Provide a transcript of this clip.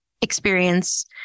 experience